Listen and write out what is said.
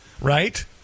Right